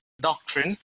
doctrine